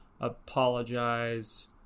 apologize